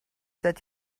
that